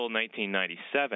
1997